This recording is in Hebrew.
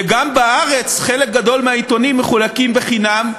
וגם בארץ חלק גדול מהעיתונים מחולקים חינם,